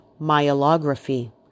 myelography